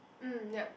mm yup